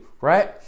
right